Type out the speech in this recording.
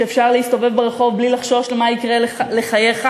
שאפשר להסתובב ברחוב בלי לחשוש מה יקרה לחייך,